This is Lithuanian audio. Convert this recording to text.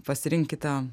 pasirink kitą